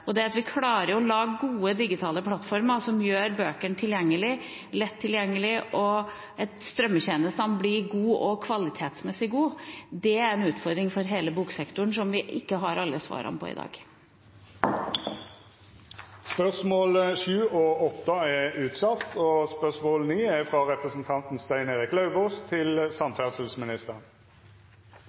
Det å klare å lage gode digitale plattformer som gjør bøkene lett tilgjengelig, og at strømmetjenestene blir kvalitetsmessig gode, er en utfordring for hele boksektoren som vi ikke har alle svarene på i dag. Fra representanten Siri Gåsemyr Staalesen til kunnskaps- og integreringsministeren: «Viser til oppslag i Aftenposten 19. april i år vedrørende dramatisk økning i antall personer som er